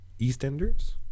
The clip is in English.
EastEnders